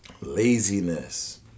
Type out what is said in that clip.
laziness